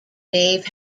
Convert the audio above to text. nave